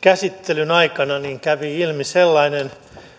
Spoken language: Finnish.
käsittelyn aikana kävi ilmi sellainen